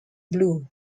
blue